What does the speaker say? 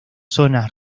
zonas